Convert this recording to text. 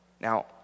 Now